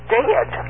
dead